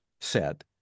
set